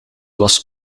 was